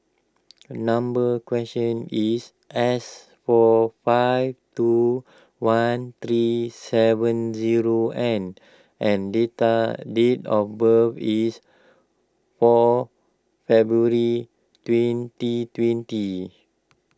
number question is S four five two one three seven zero N and date day of birth is four February twenty tenty